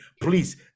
Please